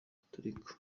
biturika